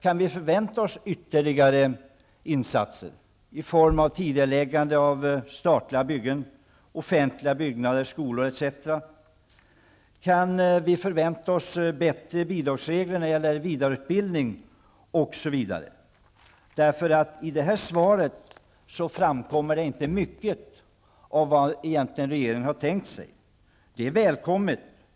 Kan vi förvänta oss bättre bidragsregler när det gäller vidareutbildning osv.? I det här svaret framkommer inte mycket av vad regeringen egentligen har tänkt sig.